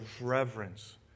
reverence